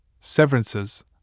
Severances